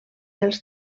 els